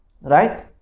right